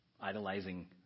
idolizing